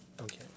Okay